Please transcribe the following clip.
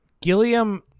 Gilliam